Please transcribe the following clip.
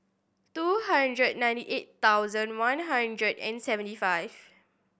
two hundred ninety eight thousand one hundred and seventy five